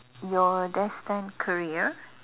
your destined career